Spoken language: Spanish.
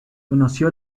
conoció